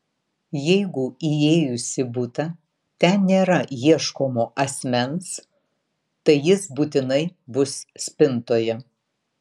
jeigu įėjus į butą ten nėra ieškomo asmens tai jis būtinai bus spintoje